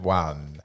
one